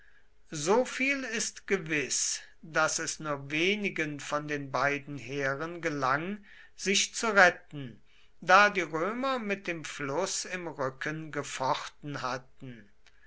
so viel ist gewiß daß es nur wenigen von den beiden heeren gelang sich zu retten da die römer mit dem fluß im rücken gefochten hatten